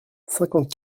cinquante